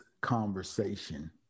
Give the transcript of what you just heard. conversation